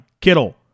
kittle